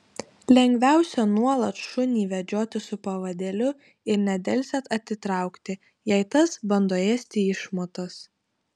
lengviausia nuolat šunį vedžioti su pavadėliu ir nedelsiant atitraukti jei tas bando ėsti išmatas